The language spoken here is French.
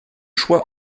choix